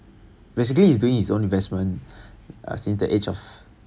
basically he's doing his own investment uh since the age of